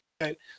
Right